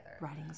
writing